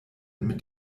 mit